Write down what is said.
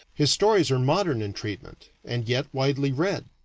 his stories are modern in treatment, and yet widely read.